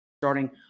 starting